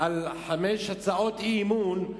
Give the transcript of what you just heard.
על חמש הצעות אי-אמון,